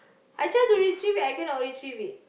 I try to retrieve it I cannot retrieve it